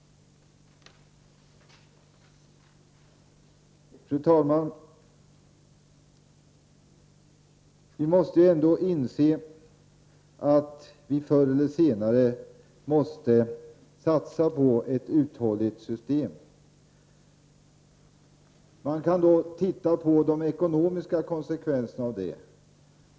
Fru talman! Vi måste ändå inse att vi förr eller senare måste satsa på ett uthålligt system. Man kan då titta på de ekonomiska konsekvenserna av det.